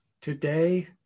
Today